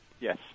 Yes